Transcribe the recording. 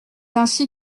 ainsi